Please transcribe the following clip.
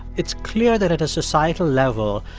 it's clear that at a societal level,